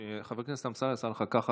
חבר הכנסת אמסלם עשה לך כך,